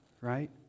right